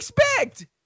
expect